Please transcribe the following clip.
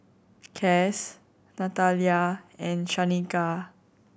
Cass Natalya and Shanika